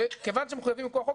וכיוון שמחוייבים מכח חוק,